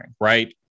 right